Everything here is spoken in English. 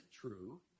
true